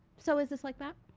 so is this like that?